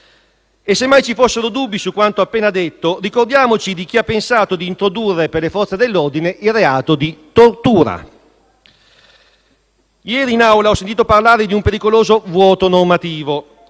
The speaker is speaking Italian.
E, semmai ci fossero dubbi su quanto ho appena detto, ricordiamoci di chi ha pensato di introdurre per le Forze dell'ordine il reato di tortura. Ieri in Aula ho sentito parlare di un pericoloso vuoto normativo.